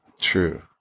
True